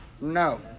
No